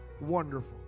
wonderful